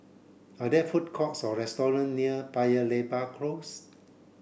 are there food courts or restaurant near Paya Lebar Close